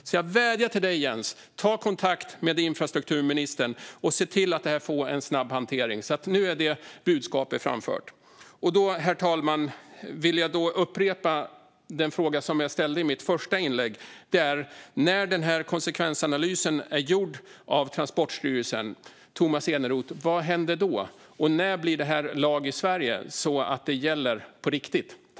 Vi vädjar alltså till dig, Jens: Ta kontakt med infrastrukturministern och se till att detta får en snabb hantering! Nu är det budskapet framfört. Då vill jag upprepa, herr talman, den fråga jag ställde i mitt första inlägg: När Transportstyrelsen har gjort sin konsekvensanalys, Tomas Eneroth, vad händer då? Och när blir detta lag i Sverige så att det gäller på riktigt?